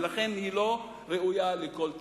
ולכן היא לא ראויה לכל תמיכה.